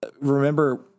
remember